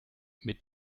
mit